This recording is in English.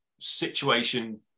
situation